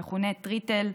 המכונה תריתל,